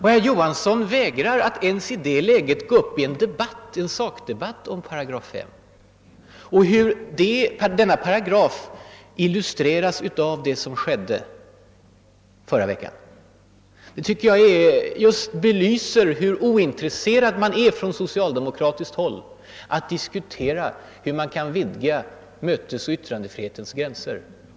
Herr Johansson vägrar att i det läget gå upp i en sakdebatt om 5 § och hur denna paragraf illustreras av vad som skedde förra veckan. Det belyser hur ointresserad man på socialdemokratiskt håll är av att diskutera hur man kan vidga mötesoch vttrandefrihetens gränser.